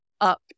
Up